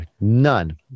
none